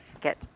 get